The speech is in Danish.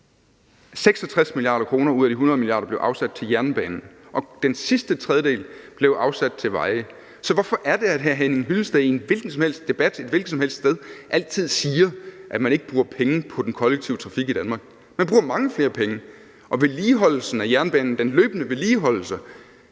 66 mia. kr. ud af de 100 mia. kr. blev afsat til jernbanen, og den sidste tredjedel blev afsat til vejene. Så hvorfor er det, at hr. Henning Hyllested i en hvilken som helst debat et hvilket som helst sted altid siger, at man ikke bruger penge på den kollektive trafik i Danmark? Man bruger mange flere penge, og vedligeholdelsen af jernbanen,